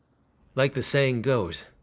like the saying goes,